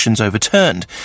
overturned